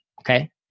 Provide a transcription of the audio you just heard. Okay